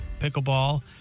pickleball